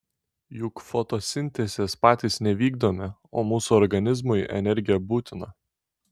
juk fotosintezės patys nevykdome o mūsų organizmui energija būtina